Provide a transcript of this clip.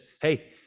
hey